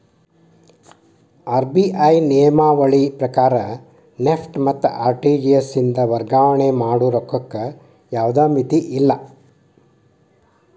RBI ನಿಯಮಾವಳಿ ಪ್ರಕಾರ NEFT ಮತ್ತ ಆರ್.ಟಿ.ಜಿ.ಎಸ್ ಇಂದ ವರ್ಗಾವಣೆ ಮಾಡ ರೊಕ್ಕಕ್ಕ ಯಾವ್ದ್ ಮಿತಿಯಿಲ್ಲ